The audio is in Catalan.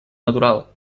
natural